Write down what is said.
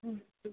अच्छा